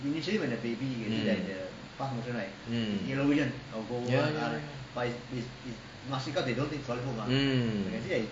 mm mm ya ya ya mm